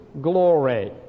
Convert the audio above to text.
glory